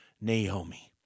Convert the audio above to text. Naomi